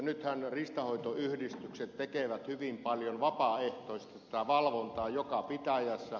nythän riistanhoitoyhdistykset tekevät hyvin paljon vapaaehtoisesti tätä valvontaa joka pitäjässä